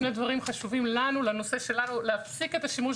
שני דברים חשובים לנו - להפסיק את השימוש